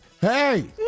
Hey